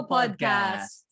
Podcast